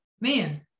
man